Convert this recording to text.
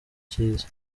cy’isi